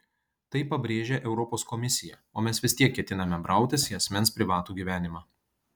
tai pabrėžia europos komisija o mes vis tiek ketiname brautis į asmens privatų gyvenimą